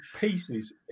pieces